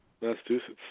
Massachusetts